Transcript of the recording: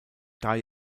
drei